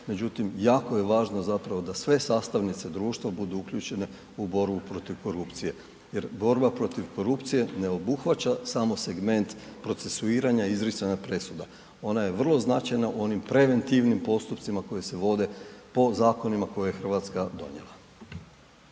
međutim, jako je važno zapravo da sve sastavnice društva budu uključene u borbu protiv korupcije jer borba protiv korupcije ne obuhvaća samo segment procesuiranja i izricanja presuda. Ona je vrlo značajna u onim preventivnim postupcima koji se vode po zakonima koje je Hrvatska donijela.